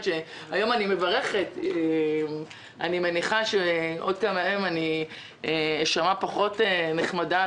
היום אני מברכת אבל אני מניחה שעוד כמה ימים אני אשמע פחות נחמדה.